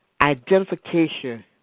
identification